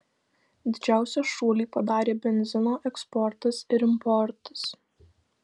didžiausią šuolį padarė benzino eksportas ir importas